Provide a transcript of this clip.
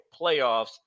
playoffs